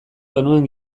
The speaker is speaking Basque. genuen